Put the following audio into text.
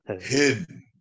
hidden